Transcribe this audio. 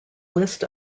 list